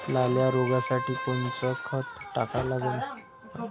लाल्या रोगासाठी कोनचं खत टाका लागन?